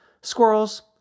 Squirrels